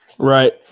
Right